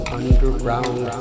underground